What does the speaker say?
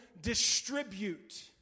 distribute